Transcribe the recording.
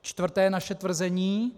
Čtvrté naše tvrzení.